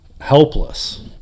Helpless